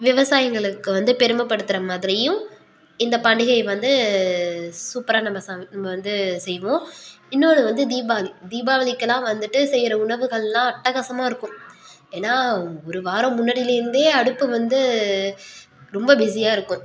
விவசாயிங்களுக்கு வந்து பெருமைப்படுத்துற மாதிரியும் இந்த பண்டிகையை வந்து சூப்பராக நம்ம சம நம்ம வந்து செய்வோம் இன்னொன்று வந்து தீபாவளி தீபாவளிக்கெல்லாம் வந்துட்டு செய்கிற உணவுகள்லாம் அட்டகாசமாக இருக்கும் ஏன்னா ஒரு வாரம் முன்னாடிலருந்தே அடுப்பு வந்து ரொம்ப பிசியாயிருக்கும்